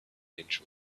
inch